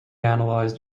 analyzed